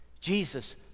Jesus